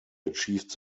achieved